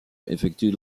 effectuent